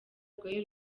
rwari